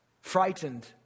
Frightened